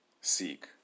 seek